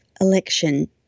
election